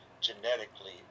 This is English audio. genetically